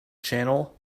channel